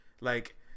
Like-